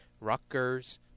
Rutgers